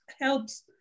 helps